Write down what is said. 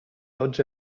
tots